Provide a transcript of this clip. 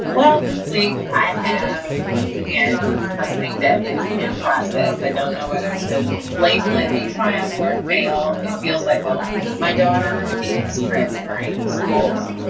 well, this week i have once again something that is in process. i don't know whether to label it a triumph or fail. it feels like both my daughter is transferring schools.